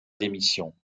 démission